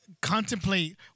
Contemplate